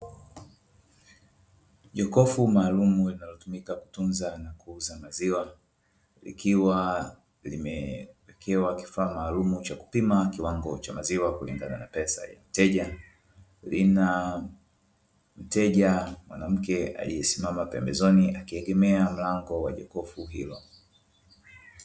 Jokofu maalumu linalotumika kutunza na kuuza maziwa likiwa limewekewa kifaa maalumu na kupima kiwango cha maziwa kulingana na pesa ya mteja. Lina mteja mwanamke aliyesimama pembezoni akiegemea mlango wa jokofu hilo.